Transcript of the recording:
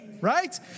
Right